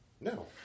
No